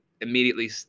immediately